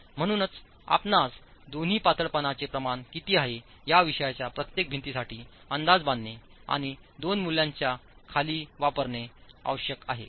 म्हणूनच आपणास दोन्ही पातळपणाचे प्रमाण किती आहे याविषयीच्या प्रत्येक भिंतीसाठी अंदाज बांधणे आणि दोन मूल्यांच्या खाली वापरणे आवश्यक आहे